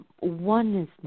oneness